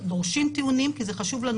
דורשים טיעונים כי זה חשוב לנו.